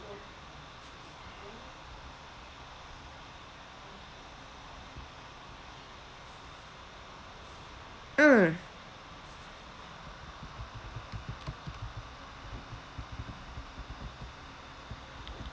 mm